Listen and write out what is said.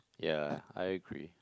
yea I agree